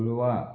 Colva